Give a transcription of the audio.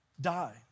die